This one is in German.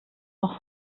noch